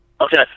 Okay